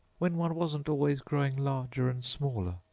when one wasn't always growing larger and smaller,